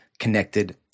connected